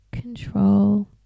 control